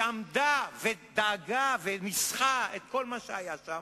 שעמדה ודאגה וניסחה את כל מה שהיה שם.